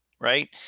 Right